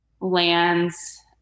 lands